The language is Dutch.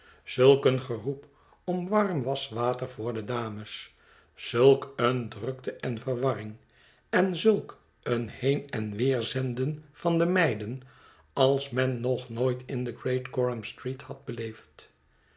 een geroep om warm waschwater voor de dames zulk een drukte en verwarring en zulk een heen en weer zenden van de meiden als men nog nooit in de greatcoram street had beleefd